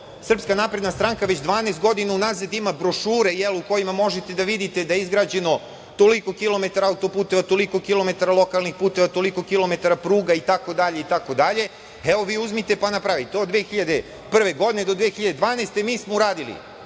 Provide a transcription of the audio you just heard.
pozivam, kao što SNS već 12 godina unazad ima brošure u kojima možete da vidite da je izgrađeno toliko kilometara autoputeva, toliko kilometara lokalnih puteva, toliko kilometara pruga, itd, itd. Evo, vi uzmite pa napravite od 2001. godine do 2012. godine mi smo uradili